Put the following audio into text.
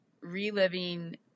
reliving